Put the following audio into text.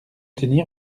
tenir